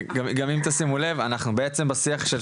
גם אם תשימו לב אנחנו בעצם בשיח של